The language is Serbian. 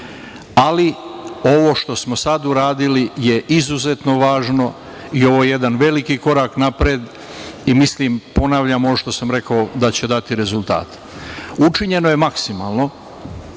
ali ovo što smo sad uradili je izuzetno važno i ovo je jedan veliki korak napred i mislim, ponavljam ono što sam rekao, da će dati rezultate. Učinjeno je maksimalno.